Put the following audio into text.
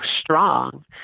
strong